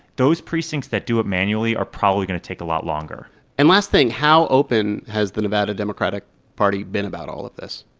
those precincts that do it manually are probably going to take a lot longer and last thing how open has the nevada democratic party been about all of this?